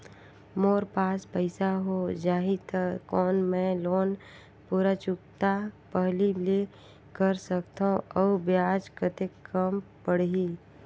मोर पास पईसा हो जाही त कौन मैं लोन पूरा चुकता पहली ले कर सकथव अउ ब्याज कतेक कम पड़ही?